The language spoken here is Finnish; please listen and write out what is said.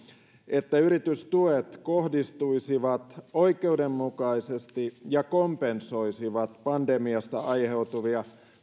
että yritystuet kohdistuisivat oikeudenmukaisesti ja kompensoisivat pandemiasta aiheutuvia